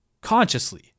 consciously